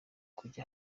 kujya